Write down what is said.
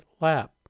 lap